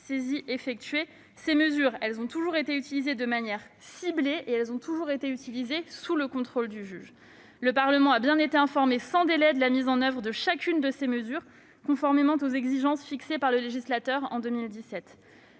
été effectuées. Ces mesures ont toujours été utilisées de manière ciblée, sous le contrôle du juge. Le Parlement a bien été informé sans délai de la mise en oeuvre de chacune de ces mesures, conformément aux exigences fixées par le législateur en 2017.